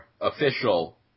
official